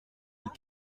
des